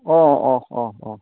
অঁ অঁ অঁ অঁ